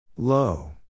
Low